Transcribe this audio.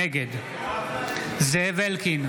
נגד זאב אלקין,